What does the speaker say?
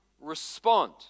respond